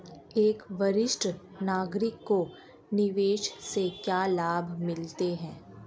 एक वरिष्ठ नागरिक को निवेश से क्या लाभ मिलते हैं?